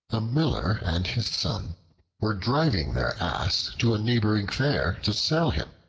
a miller and his son were driving their ass to a neighboring fair to sell him.